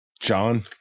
John